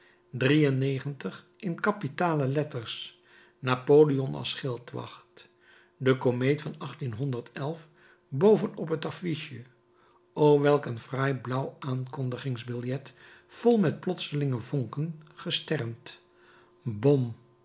in kapitale letters napoleon als schildwacht de komeet van boven op het affiche o welk een fraai blauw aankondigingsbiljet vol met plotselinge vonken gesternd